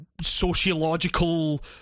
sociological